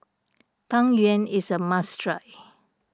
Tang Yuen is a must try